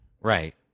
right